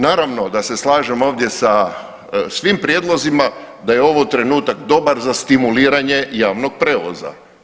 Naravno da se slažem ovdje sa svim prijedlozima da je ovo trenutak dobar za stimuliranje javnog prijevoza.